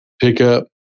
pickup